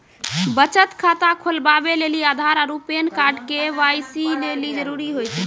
बचत खाता खोलबाबै लेली आधार आरू पैन कार्ड के.वाइ.सी लेली जरूरी होय छै